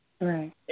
Right